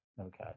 Okay